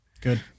Good